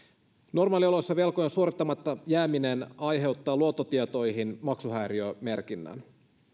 normaalioloissa velkojen suorittamatta jääminen aiheuttaa luottotietoihin maksuhäiriömerkinnän